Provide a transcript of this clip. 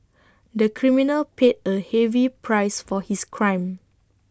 the criminal paid A heavy price for his crime